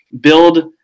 build